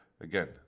Again